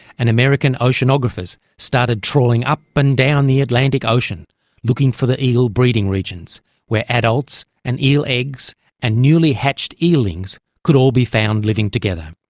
and american oceanographers started trawling up and down the atlantic ocean looking for the eel breeding regions where adults and eel eggs and newly hatched eelings could all be found living together.